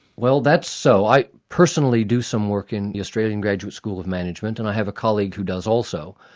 well that's so. i personally do some work in the australian graduate school of management, and i have a colleague who does also.